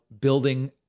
building